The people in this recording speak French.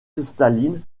cristalline